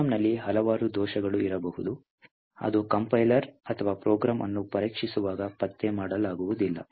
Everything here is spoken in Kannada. ಪ್ರೋಗ್ರಾಂನಲ್ಲಿ ಹಲವಾರು ದೋಷಗಳು ಇರಬಹುದು ಅದು ಕಂಪೈಲರ್ ಅಥವಾ ಪ್ರೋಗ್ರಾಂ ಅನ್ನು ಪರೀಕ್ಷಿಸುವಾಗ ಪತ್ತೆ ಮಾಡಲಾಗುವುದಿಲ್ಲ